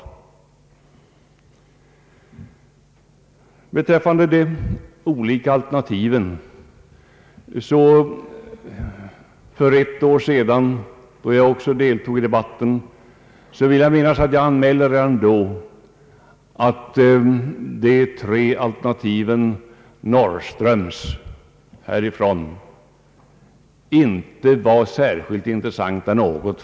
Beträffande de olika alternativen i detta sammanhang vill jag minnas att jag för ett år sedan i den här debatten anmälde min uppfattning att de tre alternativen norr om detta riksdagshus inte var av något större intresse.